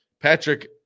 Patrick